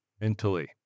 mentally